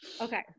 Okay